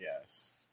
Yes